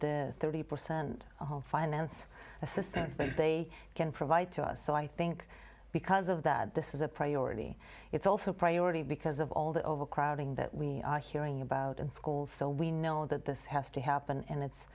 the thirty percent finance assistance that they can provide to us so i think because of that this is a priority it's also a priority because of all the overcrowding that we are hearing about and schools so we know that this has to happen and it's